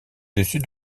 dessus